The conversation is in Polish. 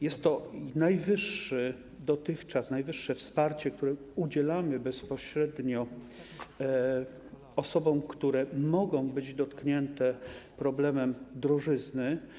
Jest to najwyższe dotychczas wsparcie, którego udzielamy bezpośrednio osobom, które mogą być dotknięte problemem drożyzny.